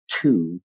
two